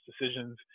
decisions